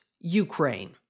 Ukraine